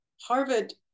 Harvard